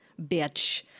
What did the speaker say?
bitch